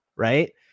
Right